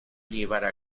llevara